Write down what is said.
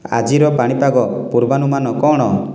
ଆଜିର ପାଣିପାଗ ପୂର୍ବାନୁମାନ କ'ଣ